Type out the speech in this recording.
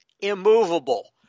immovable